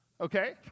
Okay